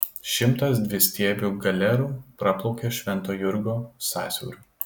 šimtas dvistiebių galerų praplaukė švento jurgio sąsiauriu